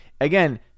Again